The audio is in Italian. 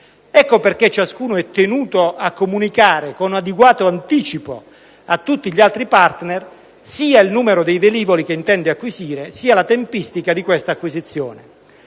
Ecco perché ciascuno è tenuto a comunicare con adeguato anticipo a tutti gli altri *partner* sia il numero dei velivoli che intende acquisire, sia la tempistica di questa acquisizione.